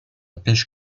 pêche